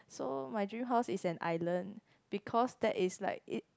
so my dream house is an island because that is like it